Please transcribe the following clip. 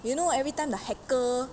you know every time the hacker